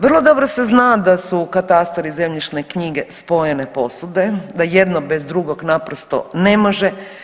Vrlo dobro se zna da su katastar i zemljišne knjige spojene posude, da jedno bez drugog naprosto ne može.